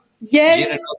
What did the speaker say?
Yes